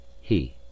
He